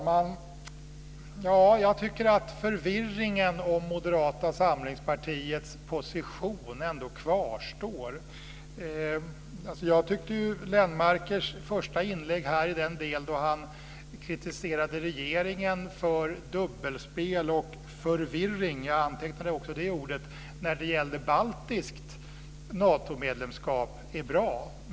Fru talman! Jag tycker att förvirringen om Moderata samlingspartiets position ändå kvarstår. Jag tyckte att Lennmarkers första inlägg här i den del då han kritiserade regeringen för dubbelspel och förvirring - jag antecknade också det ordet - när det gällde baltiskt Natomedlemskap var bra.